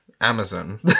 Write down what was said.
Amazon